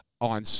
on